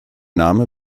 name